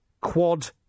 Quad